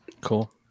Cool